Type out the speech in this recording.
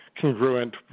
congruent